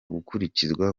gukurikizwa